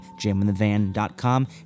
jaminthevan.com